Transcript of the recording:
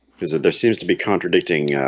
there seems to be contradicting